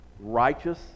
righteous